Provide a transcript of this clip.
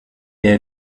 est